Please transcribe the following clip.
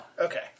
Okay